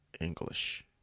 English